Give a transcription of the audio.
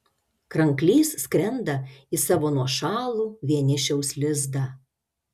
kranklys skrenda į savo nuošalų vienišiaus lizdą